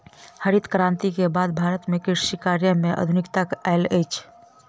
हरित क्रांति के बाद भारत में कृषि कार्य में आधुनिकता आयल अछि